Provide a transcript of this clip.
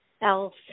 else